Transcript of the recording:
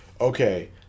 okay